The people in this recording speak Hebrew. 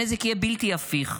הנזק יהיה בלתי הפיך.